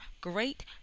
great